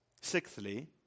Sixthly